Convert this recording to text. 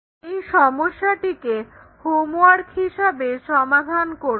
এই সমস্যাটিকে হোমওয়ার্ক হিসাবে সমাধান করো